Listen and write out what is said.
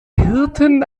hirten